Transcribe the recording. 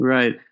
Right